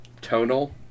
tonal